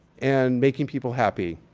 and making people happy.